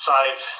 save